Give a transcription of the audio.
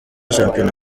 shampiyona